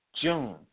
June